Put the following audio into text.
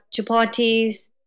chapatis